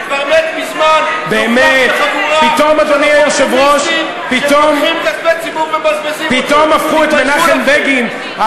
אני מתחייב להיות באופוזיציה כמו שמנחם בגין היה.